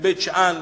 בבית-שאן,